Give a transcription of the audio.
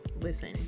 listen